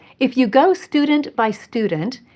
if you go student by student,